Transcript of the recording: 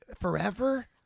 forever